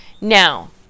Now